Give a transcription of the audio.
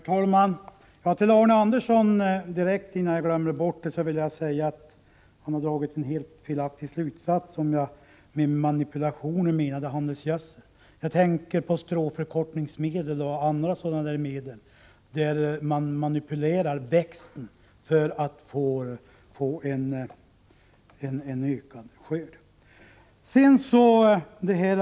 Herr talman! Jag vill säga direkt till Arne Andersson i Ljung, innan jag glömmer bort det, att han har dragit en helt felaktig slutsats, när han tror att jag med manipulationer menar handelsgödsel. Jag tänker på stråförkortningsmedel och andra medel med vilka man manipulerar växten för att få en ökad skörd.